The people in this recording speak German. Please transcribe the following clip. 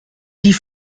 die